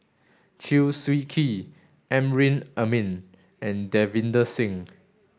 Chew Swee Kee Amrin Amin and Davinder Singh